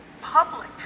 public